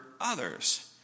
others